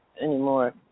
Anymore